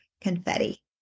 Confetti